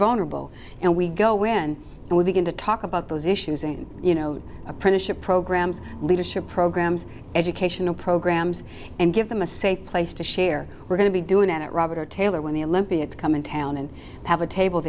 vulnerable and we go in and we begin to talk about those issues in you know apprenticeship programs leadership programs educational programs and give them a safe place to share we're going to be doing it robert taylor when the olympians come in town and have a table